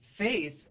Faith